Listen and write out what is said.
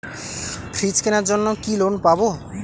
Fridge কেনার জন্য কি লোন পাব?